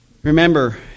Remember